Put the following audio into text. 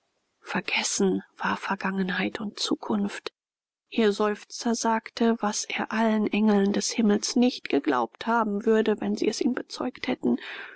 vergessen war vergangenheit und zukunft ihr seufzer sagte was er allen engeln des himmels nicht geglaubt haben würde wenn sie es ihm bezeugt hätten